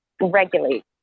regulate